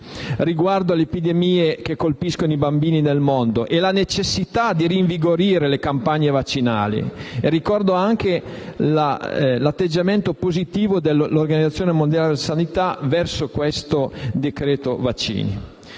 riguardo alle epidemie che colpiscono i bambini nel mondo e alla necessità di rinvigorire le campagne vaccinali. Ricordo altresì l'atteggiamento positivo dell'Organizzazione mondiale della sanità verso il provvedimento in